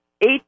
eight